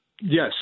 Yes